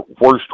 worst